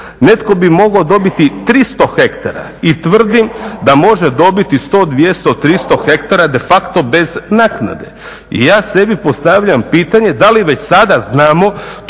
netko bi mogao dobiti 300 ha i tvrdim da može dobiti 100, 200, 300 ha de facto bez naknade. I ja sebi postavljam pitanje da li već sada znamo